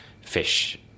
fish